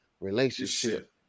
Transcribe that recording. relationship